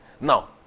Now